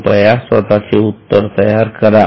कृपया स्वतःचे उत्तर तयार करा